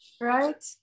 Right